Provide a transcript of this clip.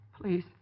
Please